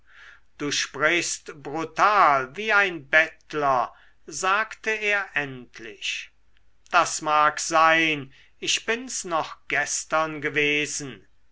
du sprichst brutal wie ein bettler sagte er endlich das mag sein ich bins noch gestern gewesen